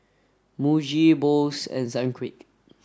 Muji Bose and Sunquick